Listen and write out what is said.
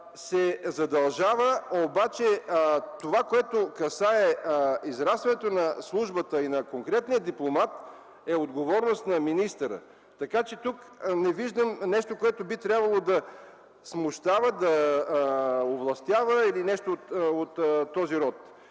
се задължава, но това, което касае израстването на службата и конкретния дипломат, е отговорност на министъра. Така че тук не виждам нещо, което трябва да смущава, овластява или нещо от този род.